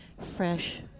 fresh